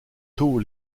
tôt